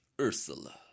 Ursula